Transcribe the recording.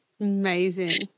Amazing